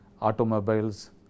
automobiles